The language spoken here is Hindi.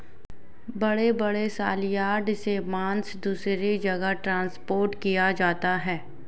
बड़े बड़े सलयार्ड से मांस दूसरे जगह ट्रांसपोर्ट किया जाता है